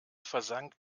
versank